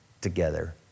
together